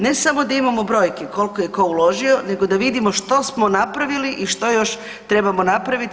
Ne samo da imamo brojke koliko je tko uložio nego da vidimo što smo napravili i što još trebamo napraviti.